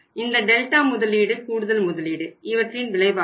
இந்த டெல்டா முதலீடு கூடுதல் முதலீடு இவற்றின் விளைவாகும்